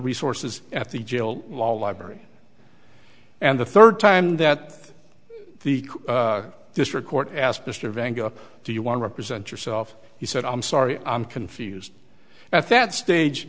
resources at the jail law library and the third time that the district court asked mr van gogh do you want to represent yourself he said i'm sorry i'm confused at that stage